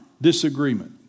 disagreement